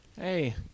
Hey